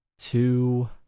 Two